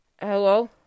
hello